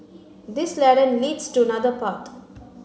this ladder leads to another path